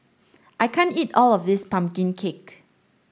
I can't eat all of this pumpkin cake